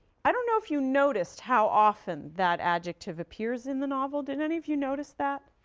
i don't know if you noticed how often that adjective appears in the novel. did any of you notice that?